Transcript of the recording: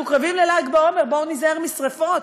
אנחנו קרובים לל"ג בעומר, בואו ניזהר משרפות.